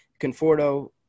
Conforto